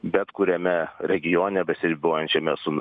bet kuriame regione besiribojančiame su n